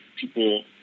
people